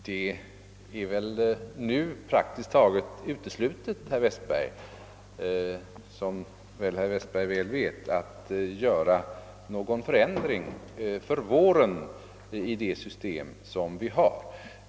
Herr talman! Som herr Westberg säkert vet, är det nu praktiskt taget uteslutet att göra någon förändring för våren i det system vi har.